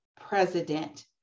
president